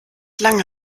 lange